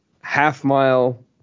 half-mile